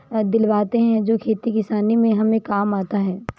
दिलवातें हैं जो खेती किसानी में हमें काम आता है